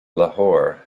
lahore